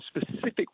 specific